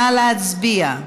נא להצביע.